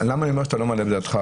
למה אני אומר שאתה לא מעלה בדעתך?